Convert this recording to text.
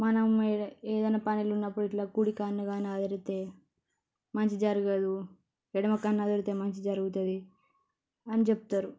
మనం ఏడ ఏదైనా పనిలో ఉన్నప్పుడు ఇట్లా కుడికన్ను గానీ అదిరితే మంచి జరగదు ఎడమ కన్ను అదిరితే మంచి జరుగుతుంది అని చెప్తారు